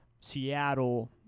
Seattle